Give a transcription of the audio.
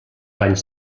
anys